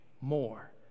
more